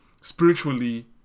spiritually